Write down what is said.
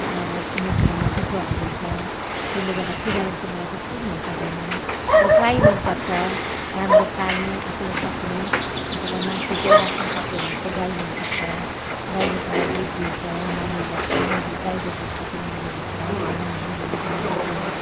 आएर कुनै कुरोमा जुठो हालिदिन्छ त्यसले गर्दा बिरालो चाहिँ मलाई त्यति मन पर्दैन अब गाई मनपर्छ राम्रो पाल्ने आफूले सक्ने अथवा मान्छे कोही राख्नुसक्यो भने चाहिँ गाई मनपर्छ गाईले त अब दुध दिन्छ नानीहरूलाई खानु दु गाईको दुध कति राम्रो हुन्छ घरमा घिउहरू बनाइन्छ